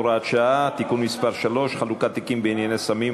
הוראת שעה) (תיקון מס' 3) (חלוקת תיקים בענייני סמים),